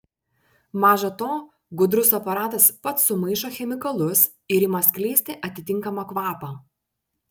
maža to gudrus aparatas pats sumaišo chemikalus ir ima skleisti atitinkamą kvapą